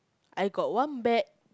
I got one bag